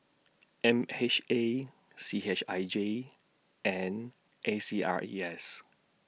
M H A C H I J and A C R E S